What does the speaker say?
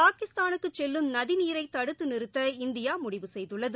பாகிஸ்தானுக்கு செல்லும் நதிநீரை தடுத்து நிறுத்த இந்தியா முடிவு செய்துள்ளது